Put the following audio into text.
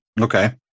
Okay